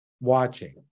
watching